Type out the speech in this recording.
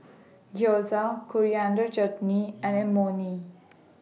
Gyoza Coriander Chutney and Imoni